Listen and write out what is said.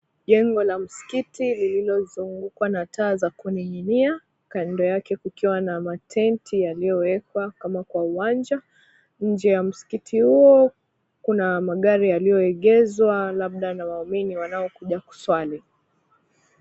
Jengo la msikiti lililozungukwa na taa za kuning'inia, kando yake kukiwa na matenti yaliowekwa kama kwa uwanja. Nje ya msikiti huo kuna magari yaliyoegezwa labda na waumini wanaokuja kuswali.